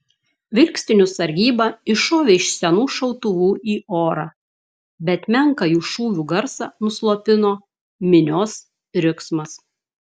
vilkstinių sargyba iššovė iš senų šautuvų į orą bet menką jų šūvių garsą nuslopino minios riksmas